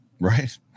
Right